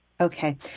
Okay